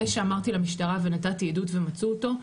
זה שאמרתי למשטרה ונתתי עדות ומצאו אותו,